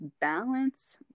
balance